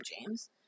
James